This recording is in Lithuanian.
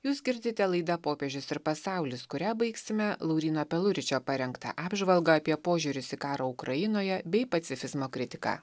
jūs girdite laidą popiežius ir pasaulis kurią baigsime lauryno peluričio parengtą apžvalgą apie požiūris į karą ukrainoje bei pacifizmo kritiką